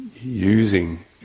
using